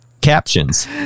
Captions